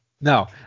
No